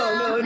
no